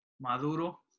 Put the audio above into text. Maduro